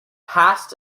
passed